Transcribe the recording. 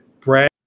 Brad